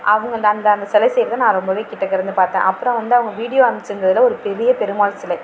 அவங்க அந்த அந்த சிலை செய்கிறத நான் ரொம்பவே கிட்டக்கிருந்து பார்த்தேன் அப்புறம் வந்து அவங்க வீடியோ அமுச்சுருந்ததுல ஒரு பெரிய பெருமாள் சிலை